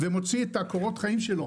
ומוציא את קורות החיים שלו,